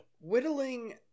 whittling